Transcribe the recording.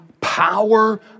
power